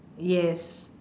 yes